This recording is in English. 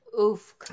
Oof